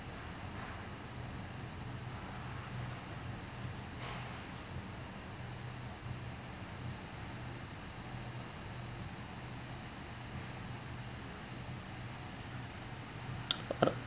uh